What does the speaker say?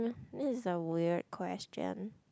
this is a weird question